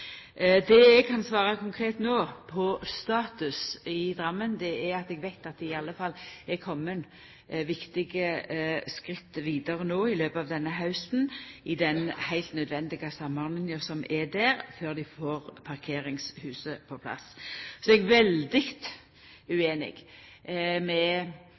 Det eg kan svara konkret no på status i Drammen, er at eg veit at dei i alle fall er komne viktige skritt vidare no i løpet av denne hausten i den heilt nødvendige samordninga som er der, før dei får parkeringshuset på plass. Så er eg veldig ueinig med